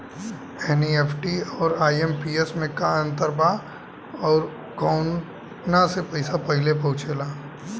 NEFT आउर IMPS मे का अंतर बा और आउर कौना से पैसा पहिले पहुंचेला?